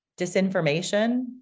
disinformation